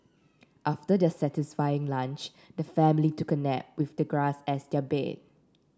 after their satisfying lunch the family took a nap with the grass as their bed